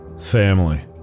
family